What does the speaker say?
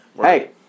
Hey